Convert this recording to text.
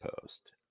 post